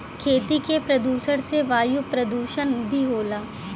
खेती के प्रदुषण से वायु परदुसन भी होला